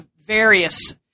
various